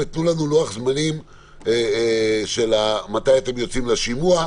ותיתנו לנו לוח זמנים מתי אתם יוצאים לשימוע.